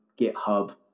GitHub